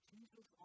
Jesus